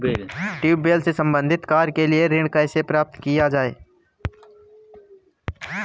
Tubewell से संबंधित कार्य के लिए ऋण कैसे प्राप्त किया जाए?